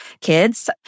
kids